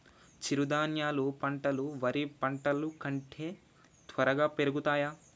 చిరుధాన్యాలు పంటలు వరి పంటలు కంటే త్వరగా పెరుగుతయా?